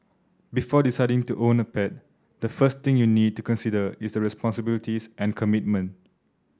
before deciding to own a pet the first thing you need to consider is the responsibilities and commitment